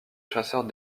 chasseurs